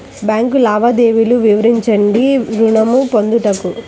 Bank లావాదేవీలు వివరించండి ఋణము పొందుటకు?